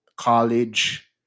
college